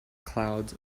clouds